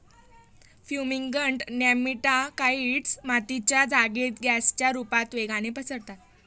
fumigant nematicides मातीच्या जागेत गॅसच्या रुपता वेगाने पसरतात